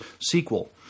sequel